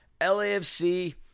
LAFC